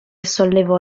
sollevò